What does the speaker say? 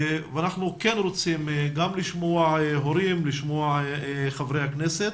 ואנחנו כן רוצים לשמוע הורים ולשמוע את חברי הכנסת.